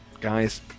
guys